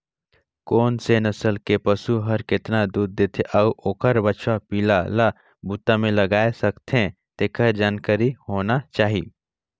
कोन से नसल के पसु हर केतना दूद देथे अउ ओखर बछवा पिला ल बूता में लगाय सकथें, तेखर जानकारी होना चाही